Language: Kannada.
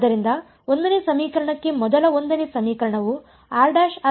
ಆದ್ದರಿಂದ 1 ನೇ ಸಮೀಕರಣಕ್ಕೆ ಮೊದಲ 1 ನೇ ಸಮೀಕರಣವು ಸರಿ ಎಂದು ಹೇಳಬಹುದು